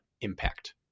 impact